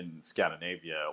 Scandinavia